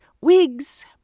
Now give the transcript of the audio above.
wigs